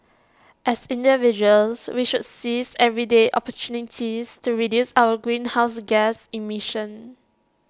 as individuals we should seize everyday opportunities to reduce our greenhouse gas emissions